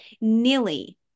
nearly